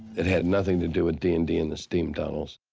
it had nothing to do with d and d and the steam tunnels.